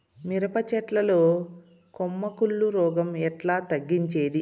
మిరప చెట్ల లో కొమ్మ కుళ్ళు రోగం ఎట్లా తగ్గించేది?